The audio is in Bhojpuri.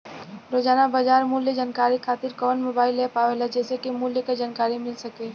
रोजाना बाजार मूल्य जानकारी खातीर कवन मोबाइल ऐप आवेला जेसे के मूल्य क जानकारी मिल सके?